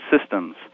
systems